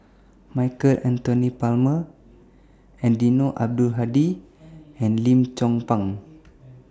Michael Anthony Palmer Eddino Abdul Hadi and Lim Chong Pang